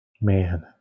Man